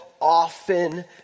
often